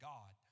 God